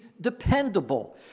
dependable